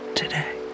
today